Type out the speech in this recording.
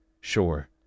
Sure